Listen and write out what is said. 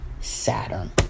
Saturn